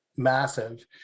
massive